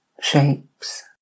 shapes